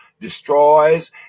destroys